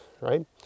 right